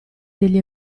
degli